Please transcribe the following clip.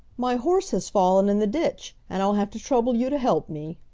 my horse has fallen in the ditch, and i'll have to trouble you to help me.